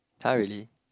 [huh] really